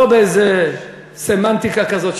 לא באיזו סמנטיקה כזאת,